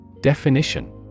Definition